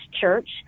church